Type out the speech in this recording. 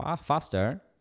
faster